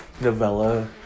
Novella